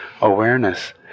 awareness